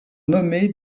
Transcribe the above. nommées